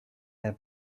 their